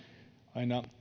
aina